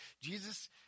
Jesus